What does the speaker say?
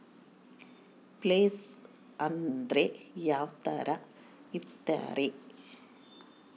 Place ಅಂದ್ರೆ ಯಾವ್ತರ ಇರ್ತಾರೆ?